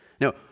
No